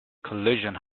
collision